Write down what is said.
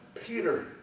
Peter